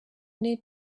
need